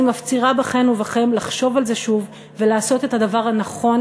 אני מפצירה בכן ובכם לחשוב על זה שוב ולעשות את הדבר הנכון,